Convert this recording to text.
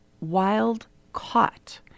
wild-caught